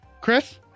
Chris